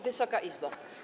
Wysoka Izbo!